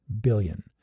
billion